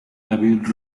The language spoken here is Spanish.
david